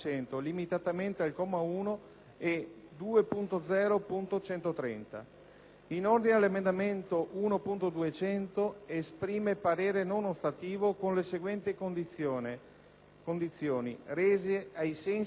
2.0.130. In ordine all'emendamento 1.200 esprime parere non ostativo con le seguenti condizioni rese ai sensi dell'articolo 81 della Costituzione: